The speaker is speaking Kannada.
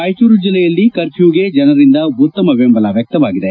ರಾಯಚೂರು ಜಿಲ್ಲೆಯಲ್ಲಿ ಕರ್ಫ್ಲೊಗೆ ಜನರಿಂದ ಉತ್ತಮ ಬೆಂಬಲ ವ್ಯಕ್ತವಾಗಿದೆ